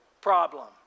problem